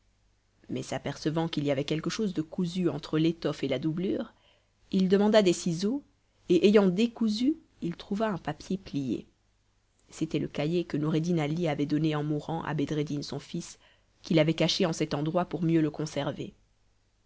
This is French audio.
mais s'apercevant qu'il y avait quelque chose de cousu entre l'étoffe et la doublure il demanda des ciseaux et ayant décousu il trouva un papier plié c'était le cahier que noureddin ali avait donné en mourant à bedreddin son fils qui l'avait caché en cet endroit pour mieux le conserver